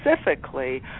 specifically